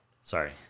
Sorry